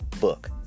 book